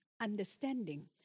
understanding